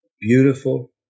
beautiful